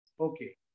Okay